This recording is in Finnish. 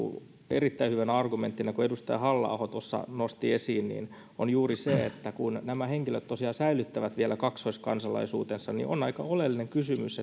erittäin hyvä argumentti jonka edustaja halla aho tuossa nosti esiin on juuri se että kun nämä henkilöt tosiaan säilyttävät vielä kaksoiskansalaisuutensa niin on aika oleellinen kysymys